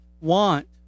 want